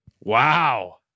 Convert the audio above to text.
Wow